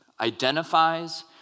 identifies